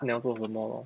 看你要做什么 lor